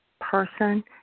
person